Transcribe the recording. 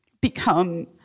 become